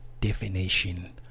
definition